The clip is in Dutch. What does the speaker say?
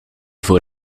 voor